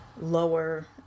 lower